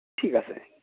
ঠিক আছে